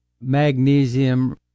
Magnesium